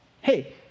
hey